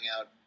out